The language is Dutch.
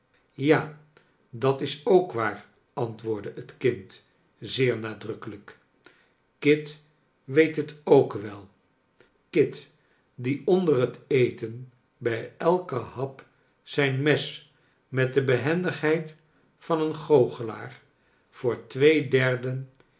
ja dat is ook waar antwoordde het kind zeer nadrukkelijk kit weet het ook wel kit die onder het eten bij elken hap zijn mes met de behendigheid van een goochelaar voor twee derden